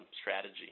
strategy